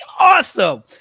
awesome